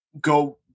go